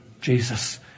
Jesus